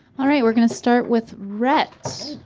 all right we're gonna start with rhett.